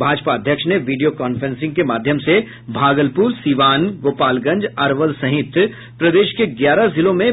भाजपा अध्यक्ष ने video conferencing के माध्यम से भागलपुर सीवान गोपालगंज अरवल सहित प्रदेश के ग्यारह जिलों में